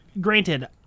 granted